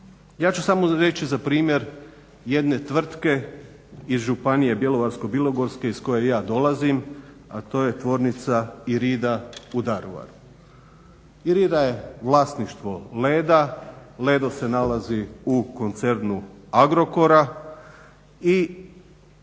Ja ću samo reći za primjer jedne tvrtke iz Županije Bjelovarske-bilogorske iz koje ja dolazim, a to je Tvornica Irida u Daruvaru. Irida je vlasništvo Leda, Ledo se nalazi u koncernu Agrokora i